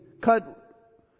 cut